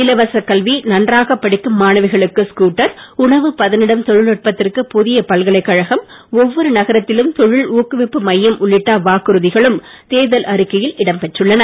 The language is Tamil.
இலவச கல்வி நன்றாக படிக்கும் மாணவிகளுக்கு ஸ்கூட்டர் உணவு பதனிடும் தொழில் நுட்பத்திற்கு புதிய பல்கலைக்கழகம் ஒவ்வொரு நகரத்திலும் தொழில் ஊக்குவிப்பு மையம் உள்ளிட்ட வாக்குறுதிகளும் தேர்தல் அறிக்கையில் இடம் பெற்றுள்ளன